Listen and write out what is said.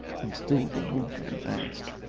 and still the water advanced,